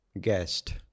guest